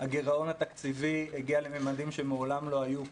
הגירעון התקציבי הגיע לממדים שמעולם לא היו פה,